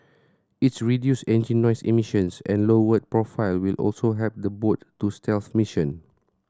its reduced engine noise emissions and lowered profile will also help the boat to stealth mission